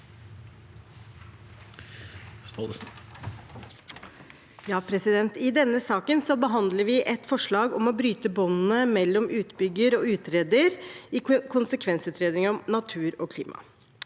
I denne saken behandler vi et forslag om å bryte båndene mellom utbygger og utreder i konsekvensutredninger om natur og klima.